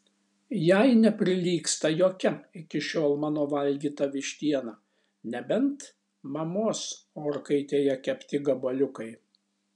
jai neprilygsta jokia iki šiol mano valgyta vištiena nebent mamos orkaitėje kepti gabaliukai